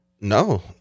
no